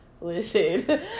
Listen